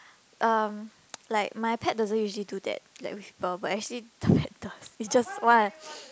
um like my pet doesn't usually do that like with people but actually too bad the it's just one